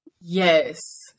Yes